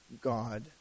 God